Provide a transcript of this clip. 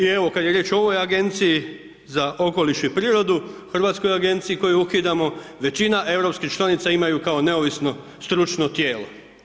I evo, kad je riječ o ovoj Agenciji za okoliš i prirodu, Hrvatskoj agenciji koju ukidamo, većina europskih članica imaju kao neovisno stručno tijelo.